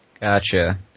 Gotcha